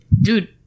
Dude